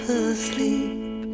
asleep